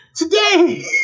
Today